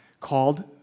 called